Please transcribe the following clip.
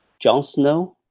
john snow,